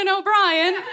O'Brien